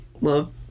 love